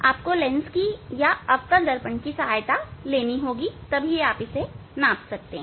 आपको लेंस या अवतल दर्पण की सहायता लेनी होगी तब आप इसे नाप सकते हैं